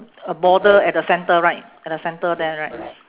a border at the centre right at the centre there right